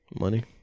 Money